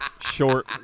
Short